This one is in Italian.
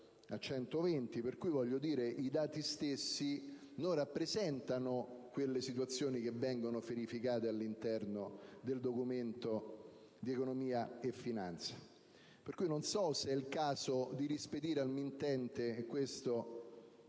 a dimostrazione che i dati stessi non rappresentano quelle situazioni che vengono verificate all'interno del Documento di economia e finanza, per cui non so se è il caso di rispedirlo al mittente o